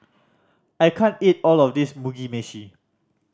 I can't eat all of this Mugi Meshi